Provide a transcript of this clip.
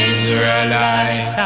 Israelite